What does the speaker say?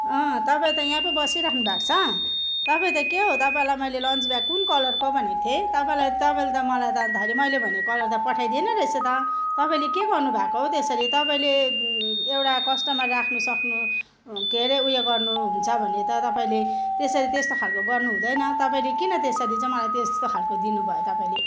तपाईँ त यहाँ पो बसिरहनु भएको छ तपाईँ त के हो तपाईँलाई मैले लन्च ब्याग कुन कलरको भनेको थिएँ तपाईँलाई तपाईँले त मलाई त अन्त मैले भनेको कलर त पठाइदिएन रहेछ त तपाईँले के गर्नु भएको त्यसरी तपाईँले एउटा कस्टमर राख्नु सक्नु के अरे उयो गर्नु हुन्छ भने त तपाईँले त्यसरी त्यस्तो खालको गर्नु हुँदैन तपाईँले किनु त्यसरी चाहिँ मलाई त्यस्तो खालको दिनुभयो तपाईँले